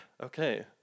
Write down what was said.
okay